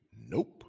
Nope